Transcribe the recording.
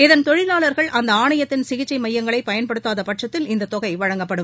இதன் தொழிலாளர்கள் அந்த ஆணையத்தின் சிகிச்சை மையங்களை பயன்படுத்தாத பட்சத்தில் இந்த தொகை வழங்கப்படும்